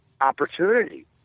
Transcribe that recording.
opportunity